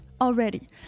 already